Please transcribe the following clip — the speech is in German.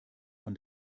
von